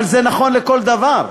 אבל זה נכון לכל דבר.